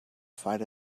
fight